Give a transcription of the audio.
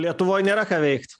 lietuvoj nėra ką veikt